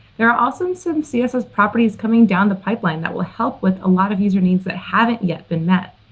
there are also some css properties coming down the pipeline that will help with a lot of user needs that haven't yet been met.